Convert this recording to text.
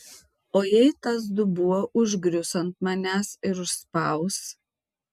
o jei tas dubuo užgrius ant manęs ir užspaus